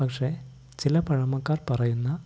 പക്ഷെ ചില പഴമക്കാർ പറയുന്ന